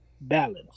balance